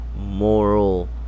moral